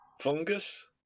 Fungus